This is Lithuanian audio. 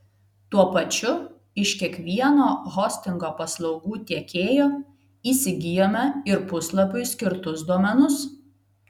tuo pačiu iš kiekvieno hostingo paslaugų tiekėjo įsigijome ir puslapiui skirtus domenus